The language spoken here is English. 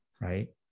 right